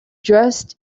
dressed